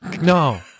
No